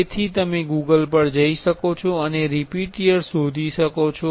તેથી તમે ગૂગલ પર જઈ શકો છો અને રિપીટીયર શોધી શકો છો